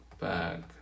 back